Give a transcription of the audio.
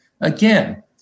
Again